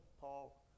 Paul